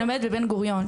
אני לומדת בבן גוריון.